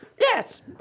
yes